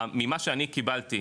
ממה שאני קיבלתי,